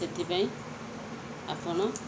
ସେଥିପାଇଁ ଆପଣ